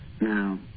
Now